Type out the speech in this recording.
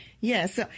Yes